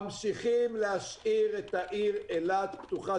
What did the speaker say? ממשיכים להשאיר את העיר אילת פתוחה.